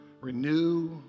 Renew